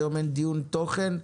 היום אין דיון תוכן.